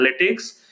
analytics